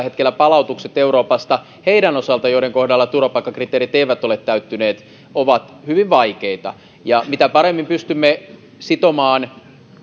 hetkellä palautukset euroopasta niiden osalta joiden kohdalla turvapaikkakriteerit eivät ole täyttyneet ovat hyvin vaikeita jos paremmin pystymme sitomaan